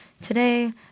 Today